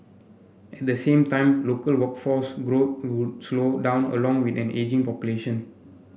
at the same time local workforce growth would slow down along with an ageing population